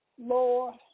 Lord